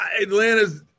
Atlanta's –